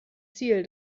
ziel